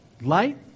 Light